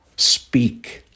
speak